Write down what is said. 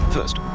First